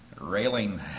railing